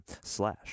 slash